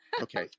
Okay